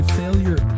failure